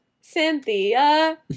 Cynthia